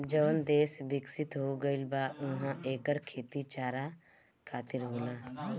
जवन देस बिकसित हो गईल बा उहा एकर खेती चारा खातिर होला